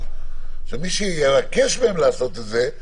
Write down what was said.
שמי שיבקש מהם לעשות את זה,